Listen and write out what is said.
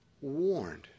warned